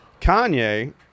Kanye